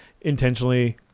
intentionally